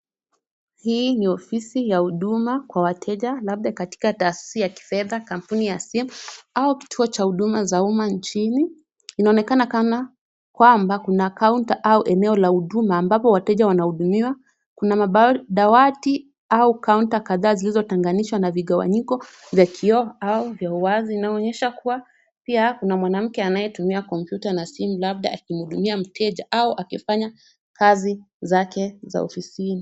Hii ni ofisi ya huduma kwa wateja labda katika tahasisi ya kifedha kampuni ya simu au kituo cha huduma za umma nchini. Inaonekana kana kwamba kuna counter au eneo huduma ambapo wateja wanahudumiwa. Kuna madawati au counter kadhaa zilizotenganishwa na vigawanyiko vya kioo au vya uwazi. Inaonyesha kuwa pia kuna mwanamke anayetumia kompyuta na simu labda akimhudumia mteja au akifanya kazi zake za ofisini.